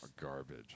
garbage